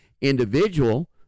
individual